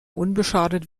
unbeschadet